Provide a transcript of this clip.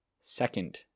second